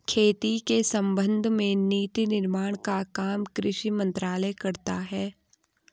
खेती के संबंध में नीति निर्माण का काम कृषि मंत्रालय करता है